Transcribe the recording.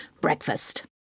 breakfast